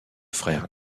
frère